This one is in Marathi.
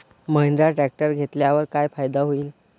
महिंद्रा ट्रॅक्टर घेतल्यावर काय फायदा होईल?